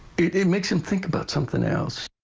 it it makes him think about something else.